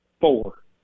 four